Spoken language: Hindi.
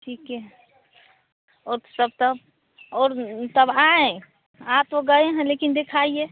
ठीक है वह तब सब तब और तब आएँ आ तो गए हैं लेकिन दिखाइए